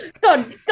god